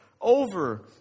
over